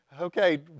okay